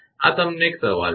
આ તમને એક સવાલ છે